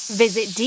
visit